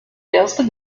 erste